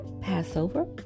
Passover